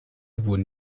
wurden